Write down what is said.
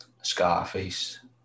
Scarface